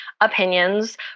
opinions